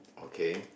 okay